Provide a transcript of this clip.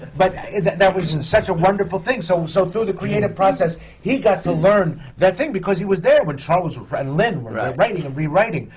but that was such a wonderful thing. so um so, through the creative process, he got to learn that thing, because he was there, when charles and lynne were writing and rewriting.